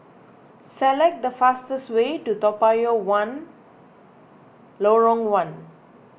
select the fastest way to Lorong one Toa Payoh